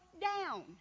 down